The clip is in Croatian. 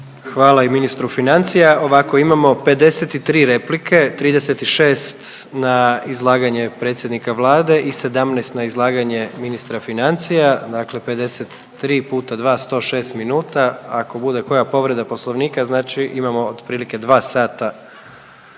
Hvala i ministru financija. Ovako, imamo 53 replike, 36 na izlaganje predsjednika Vlade i 17 na izlaganje ministra financija, dakle 53 puta 2, 106 minuta, a ako bude koja povreda poslovnika znači imamo otprilike 2 sata